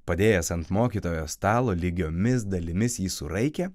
padėjęs ant mokytojo stalo lygiomis dalimis jį suraikė